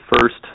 first